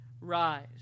rise